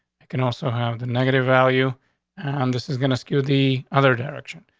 it can also have the negative value on this is going to skew the other direction.